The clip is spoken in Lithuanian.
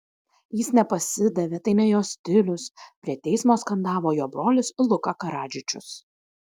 jis nepasidavė tai ne jo stilius prie teismo skandavo jo brolis luka karadžičius